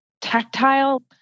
tactile